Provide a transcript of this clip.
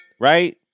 Right